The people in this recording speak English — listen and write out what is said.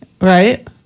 Right